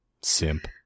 Simp